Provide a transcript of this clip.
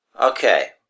Okay